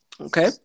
Okay